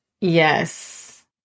Yes